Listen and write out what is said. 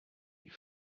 die